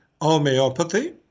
homeopathy